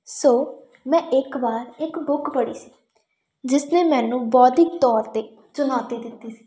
ਸੋ ਮੈਂ ਇੱਕ ਵਾਰ ਇੱਕ ਬੁੱਕ ਪੜ੍ਹੀ ਸੀ ਜਿਸਨੇ ਮੈਨੂੰ ਬੌਧਿਕ ਤੌਰ 'ਤੇ ਚੁਣੌਤੀ ਦਿੱਤੀ ਸੀ